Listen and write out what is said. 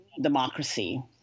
democracy